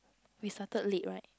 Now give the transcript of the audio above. we started late right